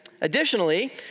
Additionally